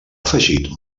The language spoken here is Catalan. afegit